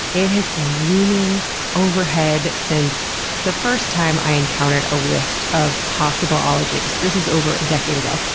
it has been looming overhead since the first time i encountered a list of possible ologies. this was over a decade ago,